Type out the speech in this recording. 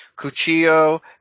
Cuchillo